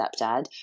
stepdad